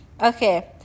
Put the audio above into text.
okay